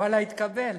ואללה, התקבל,